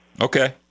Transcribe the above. Okay